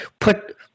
put